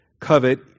covet